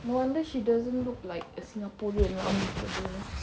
no wonder she doesn't look like a singaporean lah muka dia